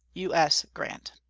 u s. grant.